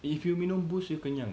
if you minum Boost you kenyang